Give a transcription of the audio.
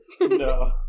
No